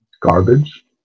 garbage